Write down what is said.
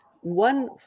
One